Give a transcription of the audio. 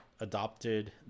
adopted